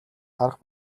харах